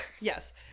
Yes